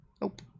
Nope